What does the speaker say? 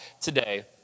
today